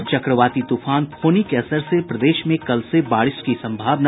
और चक्रवाती तूफान फोनी के असर से प्रदेश में कल से बारिश की संभावना